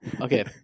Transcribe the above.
Okay